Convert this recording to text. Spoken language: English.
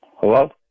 Hello